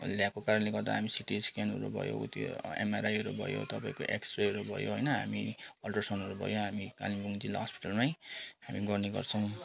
ल्याएको कारणले गर्दा हामी सिटी स्क्यानहरू भयो उत्यो एमआरआइहरू भयो तपाईँको एक्सरेहरू भयो होइन हामी अल्ट्रासाउन्डहरू भयो हामी कालिम्पोङ जिल्ला हस्पिटलमै हामी गर्ने गर्छौँ